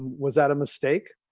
was that a mistake?